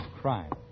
crime